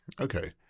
Okay